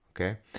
okay